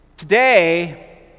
Today